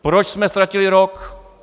Proč jsme ztratili rok?